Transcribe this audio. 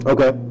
Okay